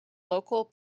local